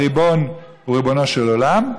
הריבון הוא ריבונו של עולם.